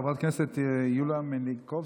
חברת הכנסת יוליה מליקובסקי,